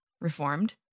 reformed